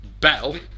bell